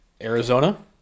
arizona